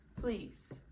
please